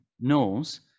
knows